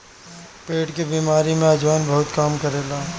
पेट के बेमारी में अजवाईन बहुते काम करेला